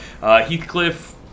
Heathcliff